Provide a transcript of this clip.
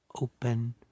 open